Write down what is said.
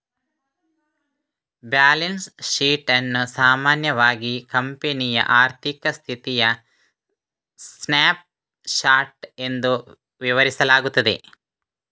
balance sheet ಅನ್ನು ಸಾಮಾನ್ಯವಾಗಿ ಕಂಪನಿಯ ಆರ್ಥಿಕ ಸ್ಥಿತಿಯ ಸ್ನ್ಯಾಪ್ ಶಾಟ್ ಎಂದು ವಿವರಿಸಲಾಗುತ್ತದೆ